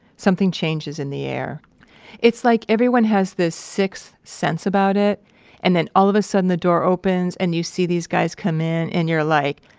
something changes in the air it's like everyone has this sixth sense about it and then, all of a sudden, the door opens and you see these guys come in in you're like,